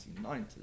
1990s